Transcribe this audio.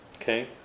Okay